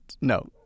No